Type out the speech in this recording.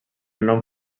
nom